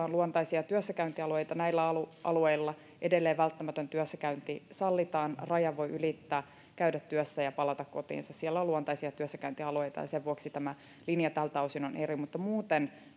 on luontaisia työssäkäyntialueita näillä alueilla alueilla edelleen välttämätön työssäkäynti sallitaan rajan voi ylittää käydä työssä ja palata kotiinsa siellä on luontaisia työssäkäyntialueita ja sen vuoksi tämä linja tältä osin on eri mutta muuten